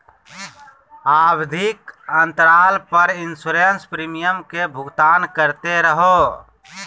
आवधिक अंतराल पर इंसोरेंस प्रीमियम के भुगतान करते रहो